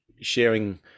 sharing